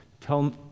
tell